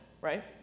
right